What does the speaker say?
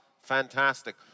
Fantastic